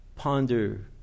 ponder